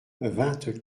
vingt